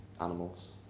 animals